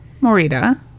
Morita